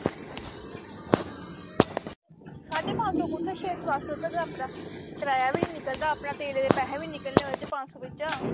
साड्ढे पंज सौ कुत्थें छे सौ दस रपेआ अपना कराया बी निं निकलदा अपना तेलै दे पैहे बी निं निकलने ओह्दे बिच्चा पंज सौ बिच्चा